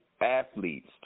athletes